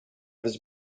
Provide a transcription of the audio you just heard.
his